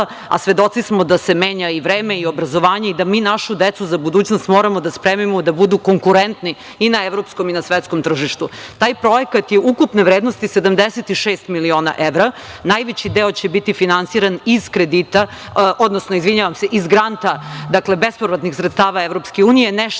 a svedoci smo da se menja i vreme i obrazovanje i da mi našu decu za budućnost moramo da spremimo, da budu konkurentni i na evropskom i na svetskom tržištu. Taj projekat je ukupne vrednosti 76 miliona evra. Najveći deo će biti finansiran iz kredita, odnosno iz granta, bespovratnih sredstava EU, nešto